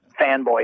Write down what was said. fanboy